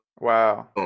Wow